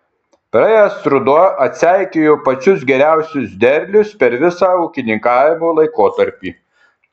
praėjęs ruduo atseikėjo pačius geriausius derlius per visą ūkininkavimo laikotarpį